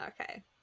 Okay